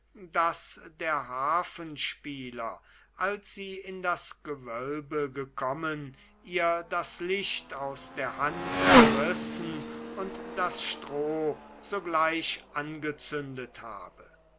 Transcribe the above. daß der harfenspieler als sie in das gewölbe gekommen ihr das licht aus der hand gerissen und das stroh sogleich angezündet habe